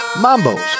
Mambo's